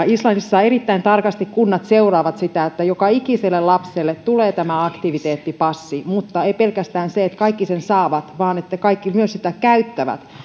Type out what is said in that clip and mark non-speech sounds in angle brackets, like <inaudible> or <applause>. <unintelligible> islannissa erittäin tarkasti kunnat seuraavat sitä että joka ikiselle lapselle tulee tämä aktiviteettipassi ja ei pelkästään sitä että kaikki sen saavat vaan että kaikki sitä myös käyttävät